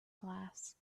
glass